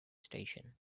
station